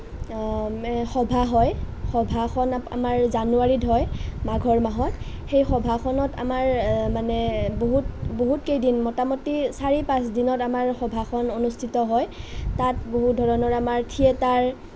সভা হয় সভাখন আমাৰ জানুৱাৰীত হয় মাঘৰ মাহত সেই সভাখনত আমাৰ মানে বহুত বহুত কেইদিন মোটামোটি চাৰি পাঁচদিনত আমাৰ সভাখন অনুষ্ঠিত হয় তাত বহুত ধৰনৰ আমাৰ থিয়েটাৰ